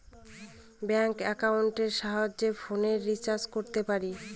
bank একাউন্টের সাহায্যে ফোনের রিচার্জ করতে পারি